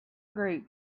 group